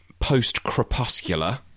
post-crepuscular